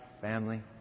family